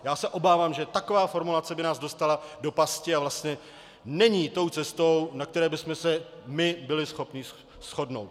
Já se obávám, že taková formulace by nás dostala do pasti a vlastně není tou cestou, na které bychom se byli my schopni shodnout.